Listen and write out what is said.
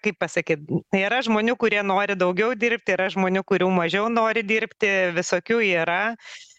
kaip pasakyt nėra žmonių kurie nori daugiau dirbti yra žmonių kurių mažiau nori dirbti visokių yra